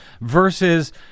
versus